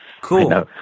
Cool